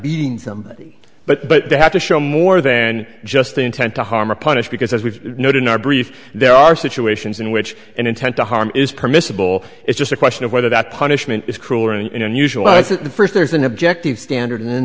beating somebody but they have to show more than just the intent to harm or punish because as we've noted in our brief there are situations in which an intent to harm is permissible it's just a question of whether that punishment is cruel and unusual it's the first there's an objective standard then the